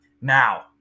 Now